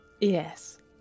yes